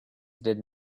did